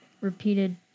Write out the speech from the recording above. repeated